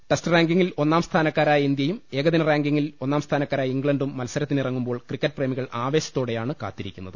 test റാങ്കിങ്ങിൽ ഒന്നാം സ്ഥാനക്കാരായ ഇന്ത്യയും ഏകദിന റാങ്കിങ്ങിൽ ഒന്നാം സ്ഥാനക്കാരായ ഇംഗ്ലണ്ടും മത്സരത്തിനിറങ്ങുമ്പോൾ ക്രിക്കറ്റ് പ്രേമികൾ ആവേശത്തോടെയാണ് കാത്തിരിക്കുന്നത്